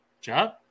Job